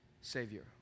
Savior